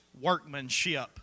workmanship